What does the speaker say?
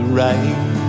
right